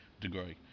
degree